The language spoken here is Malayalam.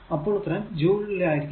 അപ്പോൾ ഉത്തരം ജൂൾ ൽ ആയിരിക്കും